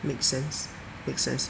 make sense make sense